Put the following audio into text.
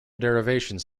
derivations